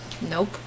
nope